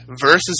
versus